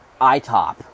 ITOP